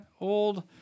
old